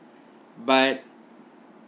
but